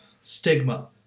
Stigma